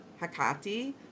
Hakati